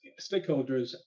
stakeholders